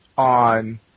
on